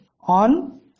on